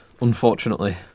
unfortunately